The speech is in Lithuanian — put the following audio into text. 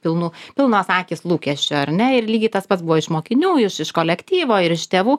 pilnų pilnos akys lūkesčių ar ne ir lygiai tas pats buvo iš mokinių iš iš kolektyvo ir iš tėvų